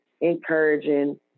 encouraging